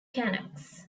canucks